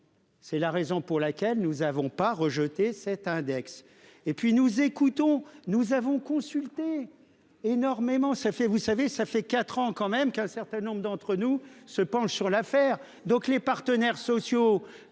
C'est la raison pour laquelle nous avons pas rejeter cet index et puis nous écoutons, nous avons consulté énormément ça fait vous savez, ça fait 4 ans quand même qu'un certain nombre d'entre nous se penche sur l'affaire. Donc les partenaires sociaux